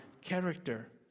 character